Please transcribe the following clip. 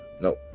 no